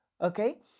okay